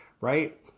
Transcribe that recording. right